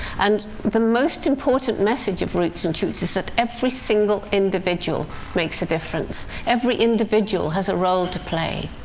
and the most important message of roots and shoots is that every single individual makes a difference. every individual has a role to play.